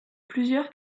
plusieurs